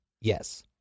yes